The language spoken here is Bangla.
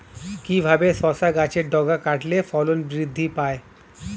কিভাবে শসা গাছের ডগা কাটলে ফলন বৃদ্ধি পায়?